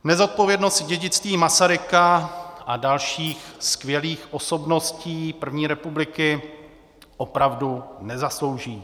Nezodpovědnost k dědictví Masaryka a dalších skvělých osobností první republiky si opravdu nezaslouží.